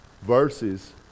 verses